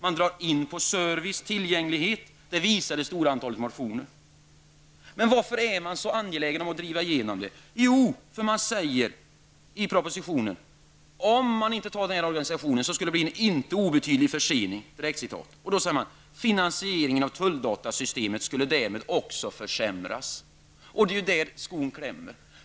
Man drar in på service och tillgänglighet. Det visar det stora antalet motioner. Varför är man då så angelägen om att driva igenom detta beslut? I propositionen sägs att om man inte antar den här organisationsplanen så skulle det bli en icke obetydlig försening och att finansieringen av tulldatasystemet därmed också skulle försämras. Det är ju där skon klämmer.